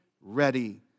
ready